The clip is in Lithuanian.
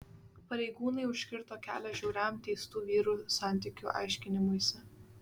pareigūnai užkirto kelią žiauriam teistų vyrų santykių aiškinimuisi